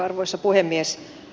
arvoisa puhemies